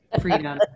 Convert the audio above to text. freedom